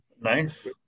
nice